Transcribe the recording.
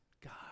God